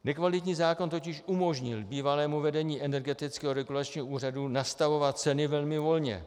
Nekvalitní zákon totiž umožnil bývalému vedení Energetického regulačního úřadu nastavovat ceny velmi volně.